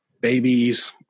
babies